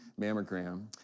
mammogram